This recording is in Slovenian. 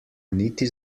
niti